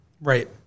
right